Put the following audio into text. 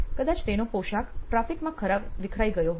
કદાચ તેનો પોશાક ટાફીકમાં વિખરાઈ ગયો હોય